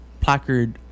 placard